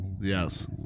Yes